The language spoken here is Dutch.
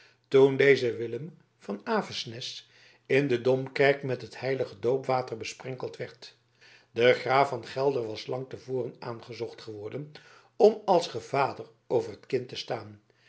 toen deze willem van avesnes in de domkerk met het heilige doopwater besprenkeld werd de graaf van gelder was lang te voren aangezocht geworden om als gevader over het kind te staan